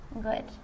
Good